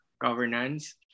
governance